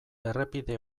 errepide